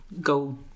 go